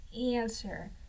answer